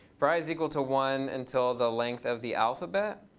for i is equal to one until the length of the alphabet